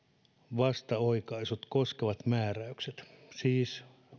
vastaoikaisua koskevat määräykset siis